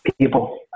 people